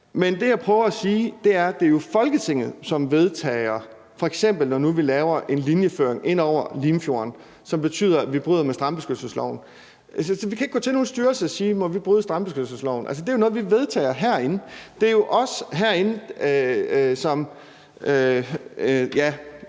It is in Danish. Det, jeg prøver at sige, er, at det jo er Folketinget, som vedtager det. F.eks. når vi nu laver en linjeføring ind over Limfjorden, som betyder, at vi bryder med strandbeskyttelseslinjen, kan vi ikke gå til nogen styrelse og sige: Må vi bryde med strandbeskyttelseslinjen? Altså, det er jo noget, vi vedtager herinde. Det er jo os herinde, som